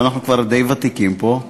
ואנחנו כבר די ותיקים פה,